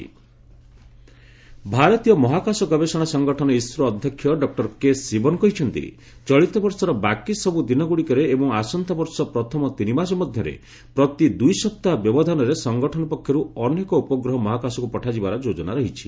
ISRO press meet ଭାରତୀୟ ମହାକାଶ ଗବେଷଣା ସଂଗଠନ ଇସ୍ରୋ ଅଧ୍ୟକ୍ଷ ଡକ୍କର କେ ଶିବନ କହିଛନ୍ତି ଚଳିତ ବର୍ଷର ବାକି ସବୁ ଦିନଗୁଡ଼ିକରେ ଏବଂ ଆସନ୍ତା ବର୍ଷ ପ୍ରଥମ ତିନି ମାସ ମଧ୍ୟରେ ପ୍ରତି ଦୁଇ ସପ୍ତାହ ବ୍ୟବଧାନରେ ସଂଗଠନ ପକ୍ଷରୁ ଅନେକ ଉପଗ୍ରହ ମହାକାଶକୁ ପଠାଯିବାର ଯୋଜନା ରହିଛି